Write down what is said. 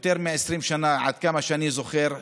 כמה שאני זוכר,